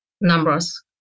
numbers